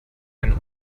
ein